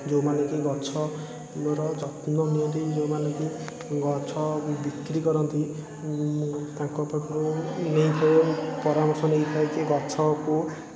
ଯେଉଁମାନେକି ଗଛର ଯତ୍ନ ନିଅନ୍ତି ଯେଉଁମାନେକି ଗଛ ବିକ୍ରି କରନ୍ତି ମୁଁ ତାଙ୍କ ପାଖରୁ ନେଇଥାଏ ପରାମର୍ଶ ନେଇଥାଏ କି ଗଛକୁ